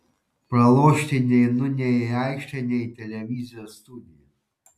pralošti neinu nei į aikštę nei į televizijos studiją